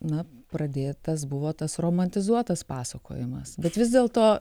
na pradėtas buvo tas romatizuotas pasakojimas bet vis dėl to